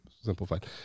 simplified